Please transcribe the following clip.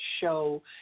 show